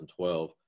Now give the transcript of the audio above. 2012